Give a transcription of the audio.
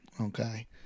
Okay